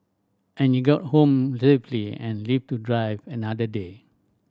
and you get home safely and live to drive another day